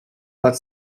под